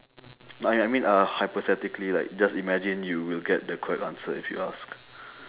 I I mean uh hypothetically like just imagine you will get the correct answer if you ask